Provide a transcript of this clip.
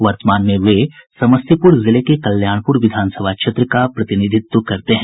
वर्तमान में वे समस्तीपूर जिले के कल्याणपूर विधान सभा क्षेत्र का प्रतिनिधित्व करते हैं